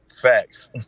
Facts